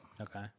Okay